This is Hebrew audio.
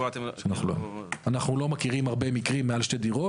אנחנו לא מכירים הרבה מקרים מעל שתי דירות.